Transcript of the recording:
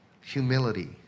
humility